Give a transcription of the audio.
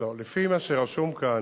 שנייה, לפי מה שרשום כאן,